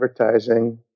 advertising